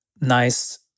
nice